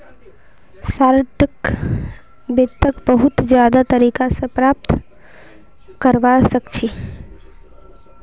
short वित्तक बहुत ज्यादा तरीका स प्राप्त करवा सख छी